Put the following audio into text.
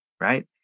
Right